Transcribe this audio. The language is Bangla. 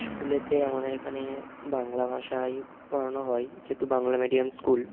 স্কুলেতে আমাদের এখানে বাংলা ভাষায় পড়ানো হয় যেহেতু বাংলা মিডিয়াম স্কুল